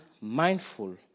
mindful